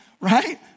right